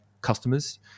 customers